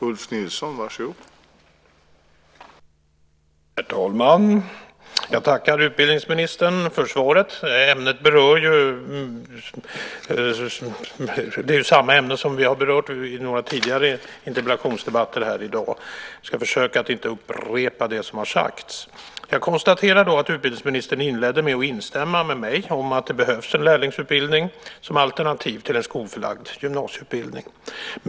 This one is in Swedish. Herr talman! Jag tackar utbildningsministern för svaret. Det är samma ämne som vi har berört i några tidigare interpellationsdebatter i dag. Jag ska försöka att inte upprepa det som har sagts. Jag konstaterar att utbildningsministern inledde med att instämma med mig i att det behövs en lärlingsutbildning som alternativ till en skolförlagd gymnasieutbildning.